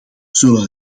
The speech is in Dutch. zullen